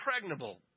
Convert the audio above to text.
impregnable